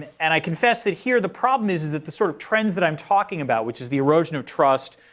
and i confess that here the problem is, is that the sort of trends that i'm talking about, which is the erosion of trust,